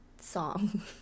song